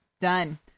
Done